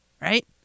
right